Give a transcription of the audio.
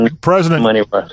President